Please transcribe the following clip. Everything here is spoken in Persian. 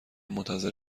منتظر